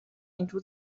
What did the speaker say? into